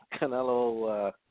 Canelo